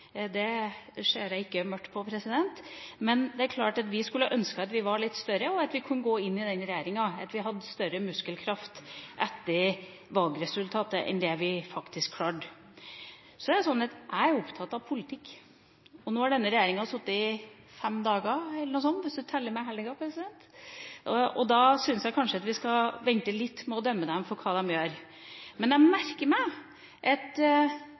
Det ser jeg ikke mørkt på. Men det er klart at vi skulle ønsket at vi var litt større, og at vi kunne ha gått inn i regjeringa, at vi hadde hatt større muskelkraft etter valget enn det vi faktisk fikk. Så er det sånn at jeg er opptatt av politikk. Nå har denne regjeringa sittet i fem dager hvis en teller med helga, og da syns jeg kanskje vi skal vente litt med å dømme den for det den gjør. Men når det gjelder å forhandle fram gode løsninger i asyl- og flyktningpolitikken, er det sånn at